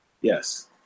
yes